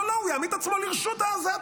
לא לא, הוא יעמיד את עצמו לרשות העזתים.